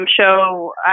show